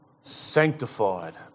sanctified